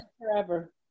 forever